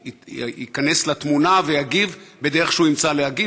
ייכנס לתמונה ויגיב בדרך שהוא ימצא להגיב,